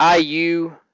IU